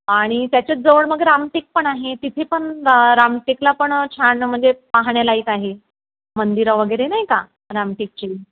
आणि त्याच्याच जवळ मग रामटेक पण आहे तिथे पण रामटेकला पण छान म्हणजे पाहण्यालायक आहे मंदिरं वगैरे नाही का रामटेकची